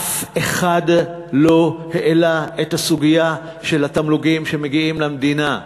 אף אחד לא העלה את הסוגיה של התמלוגים שמגיעים למדינה,